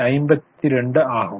52 ஆகும்